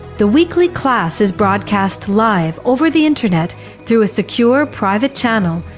the weekly class is broadcast live over the internet through a secure private channel,